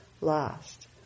last